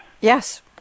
yes